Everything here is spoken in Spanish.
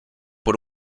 por